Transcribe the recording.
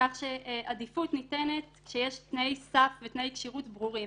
כך שעדיפות ניתנת כשיש תנאי סף ותנאי כשירות ברורים.